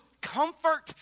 comfort